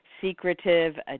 secretive